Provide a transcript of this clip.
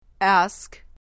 Ask